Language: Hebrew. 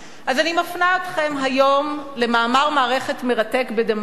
אז אני מפנה אתכם היום למאמר מערכת מרתק ב"דה-מרקר",